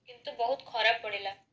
କିନ୍ତୁ ବହୁତ ଖରାପ ପଡ଼ିଲା